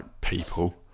people